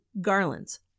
garlands